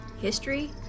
History